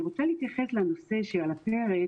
אני רוצה להתייחס לנושא שעל הפרק,